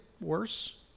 worse